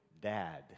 Dad